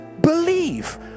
believe